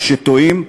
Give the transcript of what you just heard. כשטועים,